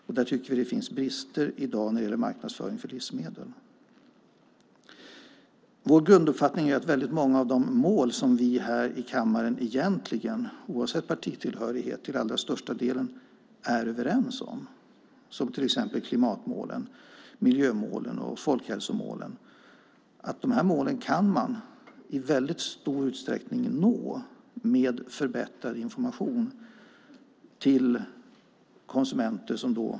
Vi tycker att det finns brister i detta i dag när det gäller marknadsföring för livsmedel. Vår grunduppfattning är att många av de mål som vi här i kammaren egentligen oavsett partitillhörighet till allra största del är överens om - till exempel klimatmålen, miljömålen och folkhälsomålen - i stor utsträckning kan nås med förbättrad information till konsumenter.